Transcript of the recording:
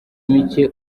micye